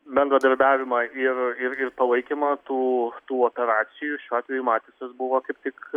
bendradarbiavimą ir ir ir palaikymą tų tų operacijų šiuo atveju matisas buvo kaip tik